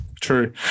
True